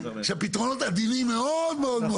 שהפתרונות עדינים מאוד מאוד.